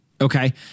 Okay